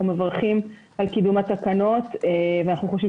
אנחנו מברכים על קידום התקנות ואנחנו חושבים